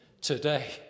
today